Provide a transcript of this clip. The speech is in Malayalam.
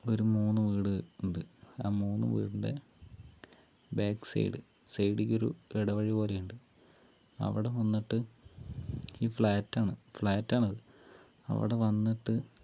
ഒരു മൂന്ന് വീട് ഉണ്ട് ആ മൂന്ന് വീടിൻ്റെ ബേക്ക് സൈഡ് സൈഡിലേക്കൊരു ഇടവഴി പോലെയുണ്ട് അവിടെ വന്നിട്ട് ഈ ഫ്ലാറ്റ് ആണ് ഫ്ലാറ്റ് ആണത് അവിടെ വന്നിട്ട്